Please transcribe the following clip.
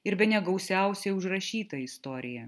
ir bene gausiausiai užrašytą istoriją